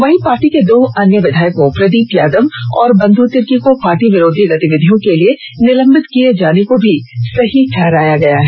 वहीं पार्टी के दो अन्य विधायकों प्रदीप यादव और बंधु तिर्की को पार्टी विरोधी गतिविधियों के लिए निलंबित किए जाने को भी सही ठहराया गया है